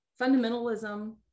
fundamentalism